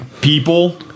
people